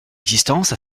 existence